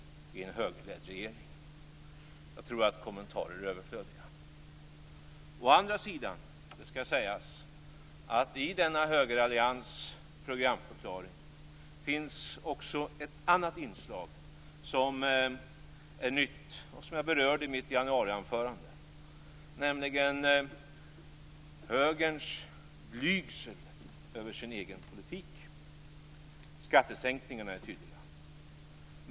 Jag tror att kommentarer är överflödiga. Å andra sidan skall det sägas att i denna högerallians programförklaring finns också ett annat inslag som är nytt och som jag berörde i mitt januarianförande, nämligen högerns blygsel över sin egen politik. Skattesänkningarna är tydliga.